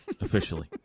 officially